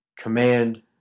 command